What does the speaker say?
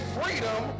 freedom